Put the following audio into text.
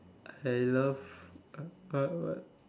I love uh what